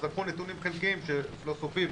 אז לקחו נתונים חלקיים שלא סופיים,